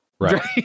right